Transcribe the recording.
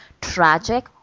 tragic